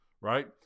right